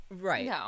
Right